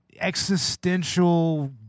existential